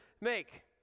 make